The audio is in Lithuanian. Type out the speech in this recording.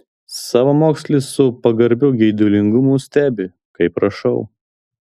savamokslis su pagarbiu geidulingumu stebi kaip rašau